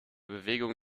bewegung